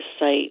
site